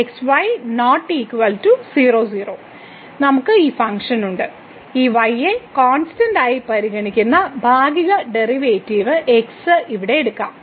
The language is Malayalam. x y ≠ 00 നമുക്ക് ഈ ഫംഗ്ഷൻ ഉണ്ട് ഈ y യെ കോൺസ്റ്റന്റ് ആയി പരിഗണിക്കുന്ന ഭാഗിക ഡെറിവേറ്റീവ് x ഇവിടെ എടുക്കാം